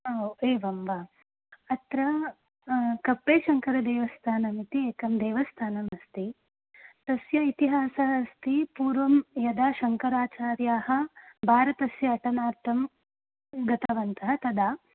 हो एवं वा अत्र कप्पेशङ्करदेवस्थानमिति एकं देवस्थानम् अस्ति तस्य इतिहासः अस्ति पूर्वं यदा शङ्कराचार्याः भारतस्य अटनार्थं गतवन्तः तदा